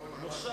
מושב